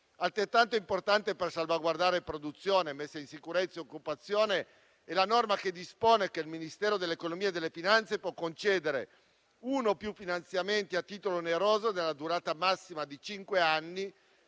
Altrettanto importante per salvaguardare produzione, messa in sicurezza e occupazione è la norma che dispone che il Ministero dell'economia e delle finanze possa concedere uno o più finanziamenti a titolo oneroso della durata massima di cinque anni,